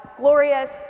glorious